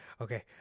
okay